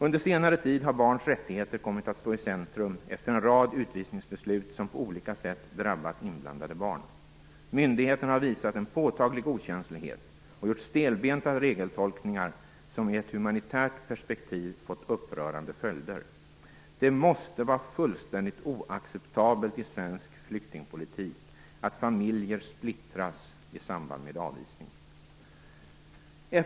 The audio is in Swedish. Under senare tid har barns rättigheter kommit att stå i centrum efter en rad utvisningsbeslut som på olika sätt drabbat inblandade barn. Myndigheterna har visat en påtaglig okänslighet och gjort stelbenta regeltolkningar, som i ett humanitärt perspektiv fått upprörande följder. Det måste vara fullständigt oacceptabelt i svensk flyktingpolitik att familjer splittras i samband med avvisning.